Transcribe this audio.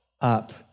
up